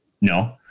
no